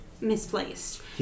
misplaced